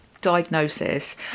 diagnosis